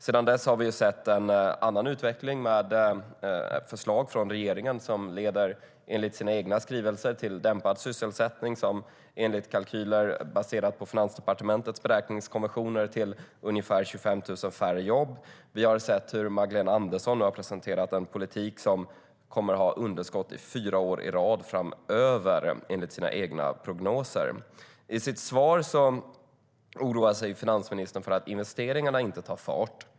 Sedan dess har vi sett en annan utveckling, med förslag från regeringen som enligt deras egna skrivelser leder till dämpad sysselsättning och som enligt kalkyler baserade på Finansdepartementets beräkningskonventioner leder till ungefär 25 000 färre jobb. Vi har sett Magdalena Andersson presentera en politik som kommer att ha underskott fyra år i rad framöver, enligt hennes egna prognoser. I sitt svar oroar finansministern sig för att investeringarna inte tar fart.